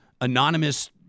anonymous